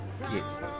Yes